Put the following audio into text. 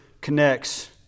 connects